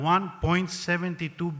1.72